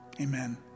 amen